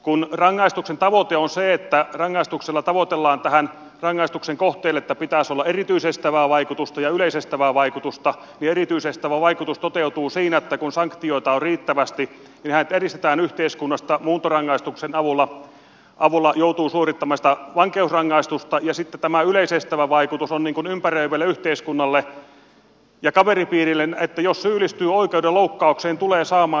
kun rangaistuksen tavoite on se että rangaistuksella tavoitellaan rangaistuksen kohteelle sitä että pitäisi olla erityisestävää vaikutusta ja yleisestävää vaikutusta niin erityisestävä vaikutus toteutuu siinä että kun sanktioita on riittävästi niin hänet eristetään yhteiskunnasta muuntorangaistuksen avulla hän joutuu suorittamaan sitä vankeusrangaistusta ja sitten tämä yleisestävä vaikutus on ympäröivälle yhteiskunnalle ja kaveripiirille että jos syyllistyy oikeudenloukkaukseen niin tulee saamaan siitä rangaistuksen